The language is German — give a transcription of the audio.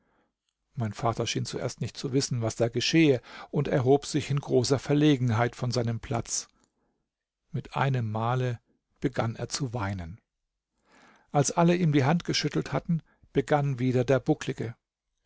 mein vater schien zuerst nicht zu wissen was da geschehe und erhob sich in großer verlegenheit von seinem platz mit einem male begann er zu weinen als alle ihm die hand geschüttelt hatten begann wieder der